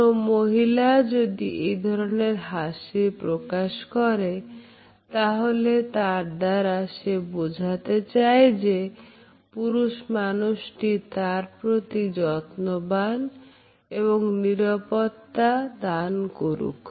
কোন মহিলা যদি এই ধরনের হাসির প্রকাশ করে তাহলে তার দ্বারা সে বোঝাতে চায় যে পুরুষ মানুষটি তার প্রতি যত্নবান এবং নিরাপত্তা দান করুক